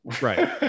Right